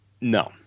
No